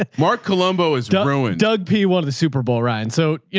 but mark colombo has done ruin doug p one of the superbowl ryan. so you